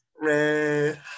Red